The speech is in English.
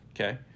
Okay